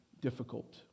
difficult